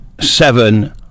seven